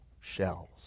shells